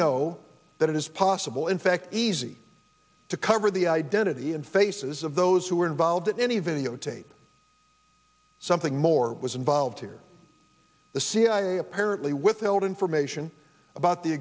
know that it is possible in fact easy to cover the identity and faces of those who were involved in any videotape something more was involved here the cia apparently with the old information about the